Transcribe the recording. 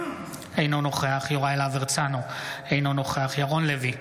אינו נוכח יוראי להב הרצנו, אינו נוכח ירון לוי,